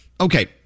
Okay